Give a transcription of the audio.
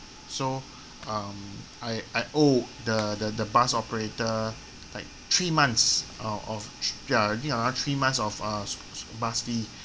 so um I I owed the the the bus operator like three months of of I think around three months of uh s~ s~ bus fee